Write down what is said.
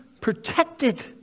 protected